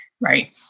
Right